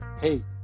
hey